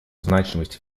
значимость